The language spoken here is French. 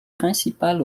principal